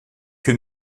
que